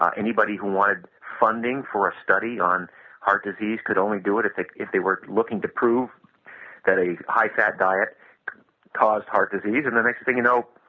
anybody who wanted funding for study on heart disease could only do it if it if they were looking to prove that a high fat diet caused heart disease and the next thing you know,